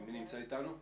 מי נמצא איתנו?